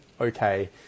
okay